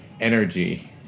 energy